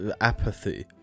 apathy